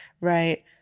right